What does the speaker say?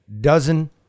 Dozen